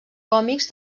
còmics